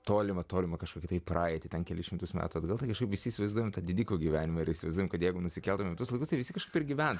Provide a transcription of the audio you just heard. tolimą tolimą kažkokį tai praeitį ten kelis šimtus metų atgal tai kažkaip visi įsivaizduojame tą didikų gyvenimą ir įsivaizduojame kad jeigu nusikeltumėme tuos laikus tai visi kažkur gyventi